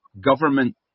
government